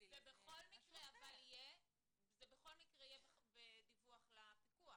זה בכל מקרה יהיה בדיווח לפיקוח.